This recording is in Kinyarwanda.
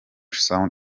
sound